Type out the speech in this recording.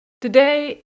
Today